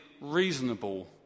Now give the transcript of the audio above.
reasonable